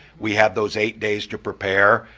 we had those eight days to prepare,